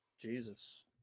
Jesus